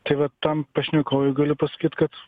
tai va tam pašnekovui galiu pasakyt kad